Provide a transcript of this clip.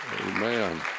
Amen